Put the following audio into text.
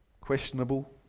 questionable